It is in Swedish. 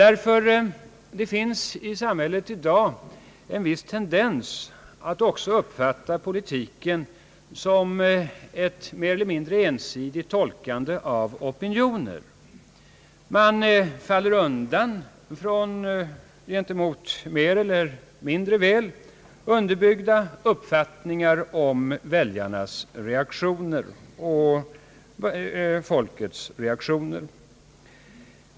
Det finns nämligen i samhället i dag en viss tendens till att också uppfatta politiken som ett mer eller mindre ensidigt tolkande av opinioner. Man faller undan gentemot mer eller mindre väl underbyggda uppfattningar om väljarnas och över huvud taget folkets reaktioner.